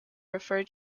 refer